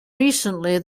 recently